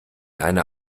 einer